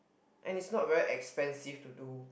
and is not very expensive to do